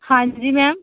ਹਾਂਜੀ ਮੈਮ